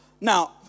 now